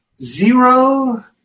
zero